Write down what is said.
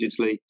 digitally